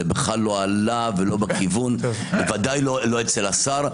זה בכלל לא עלה ולא בכיוון, ודאי לא אצל השר.